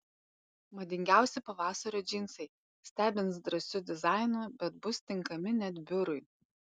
madingiausi pavasario džinsai stebins drąsiu dizainu bet bus tinkami net biurui